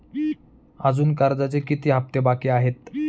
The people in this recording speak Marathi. अजुन कर्जाचे किती हप्ते बाकी आहेत?